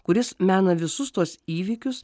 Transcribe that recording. kuris mena visus tuos įvykius